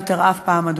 אף פעם,